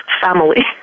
family